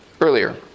earlier